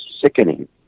sickening